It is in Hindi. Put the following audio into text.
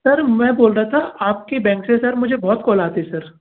सर मैं बोल रहा था आपकी बैंक से सर मुझे बहुत कॉल आती है सर